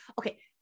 okay